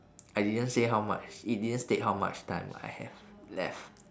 I didn't say how much it didn't state how much time I have left